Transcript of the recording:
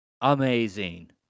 amazing